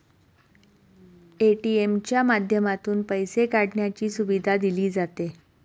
ATM च्या माध्यमातून पैसे काढण्याची सुविधा दिली जाते